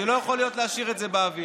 שלא יכול להיות שנשאיר את זה באוויר.